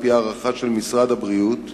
על-פי הערכה של משרד הבריאות,